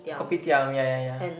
Kopitiam ya ya ya